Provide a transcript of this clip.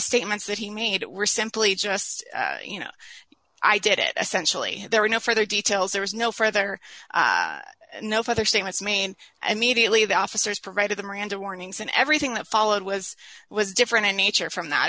statements that he made it were simply just you know i did it essential there were no further details there was no further no further statements made and mediately the officers provided the miranda warnings and everything that followed was was different in nature from that